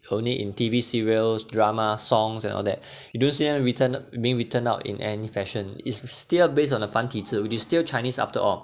only in T_V serials drama songs and all that you don't see them written being written out in any fashion is s~ still based on the 繁体字 which is still chinese after all